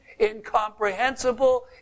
incomprehensible